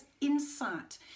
insight